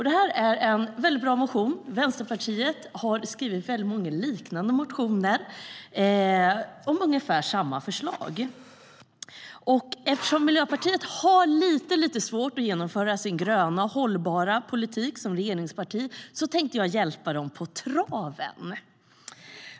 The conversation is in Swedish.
Det är en väldigt bra motion - Vänsterpartiet har skrivit många liknande motioner om ungefär samma förslag - och eftersom Miljöpartiet har lite svårt att genomföra sin gröna, hållbara politik som regeringsparti tänkte jag hjälpa dem på traven.